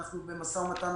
במיוחד בעת הקשה הזאת,